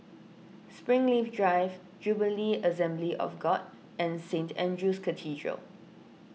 Springleaf Drive Jubilee Assembly of God and Saint andrew's Cathedral